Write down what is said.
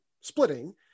splitting